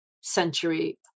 century